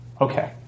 okay